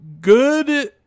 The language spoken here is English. good